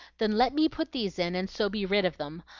then let me put these in, and so be rid of them.